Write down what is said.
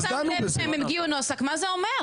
אם הוא לא שם לב שהם הביאו נוסח, מה זה אומר?